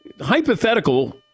hypothetical